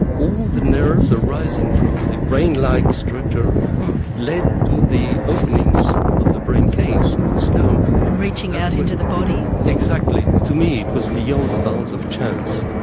all the nerves arising from the brain-like structure led to the openings of the brain case of the skull. and reaching out into the body. exactly, to me it was beyond the bounds of chance.